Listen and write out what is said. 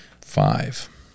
Five